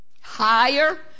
higher